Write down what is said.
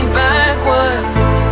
backwards